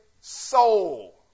soul